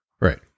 right